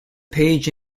page